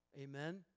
Amen